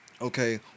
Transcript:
Okay